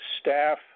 staff